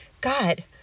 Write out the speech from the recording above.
God